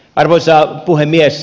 arvoisa puhemies